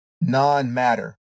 non-matter